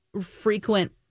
frequent